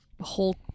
whole